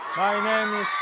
my name